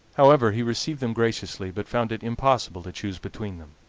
however, he received them graciously, but found it impossible to choose between them.